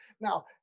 Now